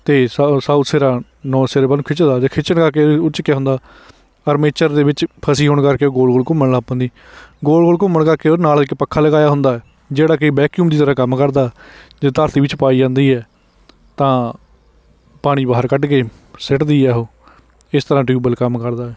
ਅਤੇ ਸੋਊ ਸਾਊਥ ਸਿਰਾ ਨੋਰਥ ਸਿਰੇ ਵੱਲ ਨੂੰ ਖਿੱਚਦਾ ਅਤੇ ਖਿੱਚਣ ਕਰਕੇ ਉਹ 'ਚ ਕਿਆ ਹੁੰਦਾ ਆਰਮੇਚਰ ਦੇ ਵਿੱਚ ਫਸੀ ਹੋਣ ਕਰਕੇ ਉਹ ਗੋਲ ਗੋਲ ਘੁੰਮਣ ਲੱਗ ਪੈਂਦੀ ਗੋਲ ਗੋਲ ਘੁੰਮਣ ਕਰਕੇ ਉਹਦੇ ਨਾਲ ਇੱਕ ਪੱਖਾ ਲਗਾਇਆ ਹੁੰਦਾ ਜਿਹੜਾ ਕਿ ਵੈਕਿਊਮ ਦੀ ਤਰ੍ਹਾਂ ਕੰਮ ਕਰਦਾ ਜਦੋਂ ਧਰਤੀ ਵਿੱਚ ਪਾਈ ਜਾਂਦੀ ਹੈ ਤਾਂ ਪਾਣੀ ਬਾਹਰ ਕੱਢ ਕੇ ਸੁੱਟਦੀ ਹੈ ਉਹ ਇਸ ਤਰ੍ਹਾਂ ਟਿਊਬਵੈੱਲ ਕੰਮ ਕਰਦਾ ਹੈ